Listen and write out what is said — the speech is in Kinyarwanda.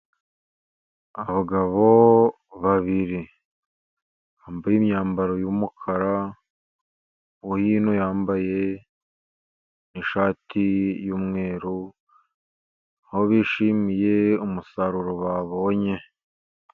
Abagabo babiri bambaye imyambaro y'umukara. Uwo hino yambaye ishati y'umweru, aho bishimiye umusaruro babonye.